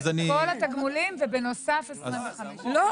כל התגמולים ובנוסף 25 אחוזים.